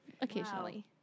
Occasionally